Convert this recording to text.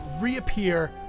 reappear